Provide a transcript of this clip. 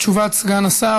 תשובת סגן השר.